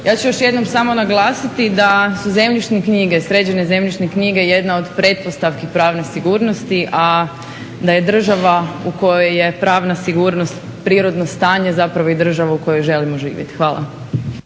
Ja ću još jednom samo naglasiti da su zemljišne knjige, sređene zemljišne knjige jedna od pretpostavki pravne sigurnosti, a da je država u kojoj je pravna sigurnost prirodno stanje zapravo i država u kojoj želimo živjeti. Hvala.